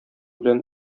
белән